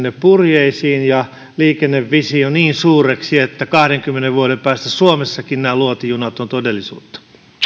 purjeisiin ja liikennevisio niin suureksi että kahdenkymmenen vuoden päästä suomessakin nämä luotijunat ovat todellisuutta